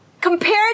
compared